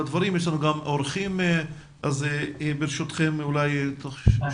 לנו תקציב מוסדר בנושא הזה ואנחנו רואים את עצמנו שותפים לתוכנית